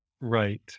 Right